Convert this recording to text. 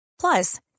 Plus